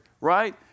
Right